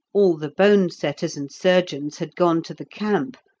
all the bone-setters and surgeons had gone to the camp,